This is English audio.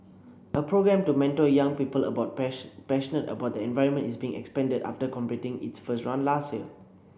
a programme to mentor young people about passionate about the environment is being expanded after completing its first run last year